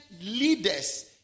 leaders